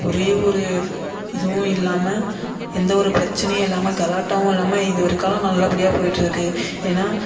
ஒரே ஒரு இதுவும் இல்லாமல் எந்த ஒரு பிரச்சனையும் இல்லாமல் கலாட்டாவும் இல்லாமல் இது வரைக்காலும் நல்லபடியாக போய்ட்ருக்கு ஏன்னா